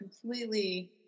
completely